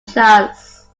chance